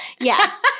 Yes